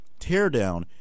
Teardown